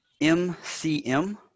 MCM